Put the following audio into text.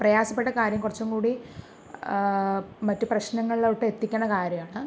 പ്രയാസപ്പെട്ട കാര്യം കുറച്ചും കൂടി മറ്റു പ്രശ്നങ്ങളിലോട്ട് എത്തിക്കണ കാര്യമാണ്